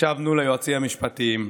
הקשבנו ליועצים המשפטיים,